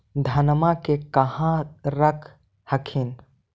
धनमा के कहा रख हखिन?